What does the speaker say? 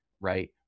Right